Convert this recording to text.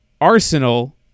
Arsenal